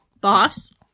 boss